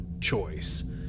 choice